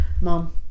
Mom